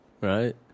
right